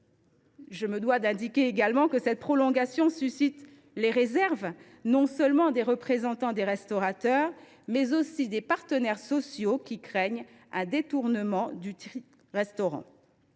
Je me dois d’indiquer également que cette prolongation suscite certaines réserves, non seulement des représentants des restaurateurs, mais aussi des partenaires sociaux, qui craignent un détournement du titre restaurant.